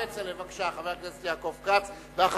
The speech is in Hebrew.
כצל'ה, חבר הכנסת יעקב כץ, בבקשה.